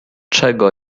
czego